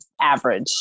average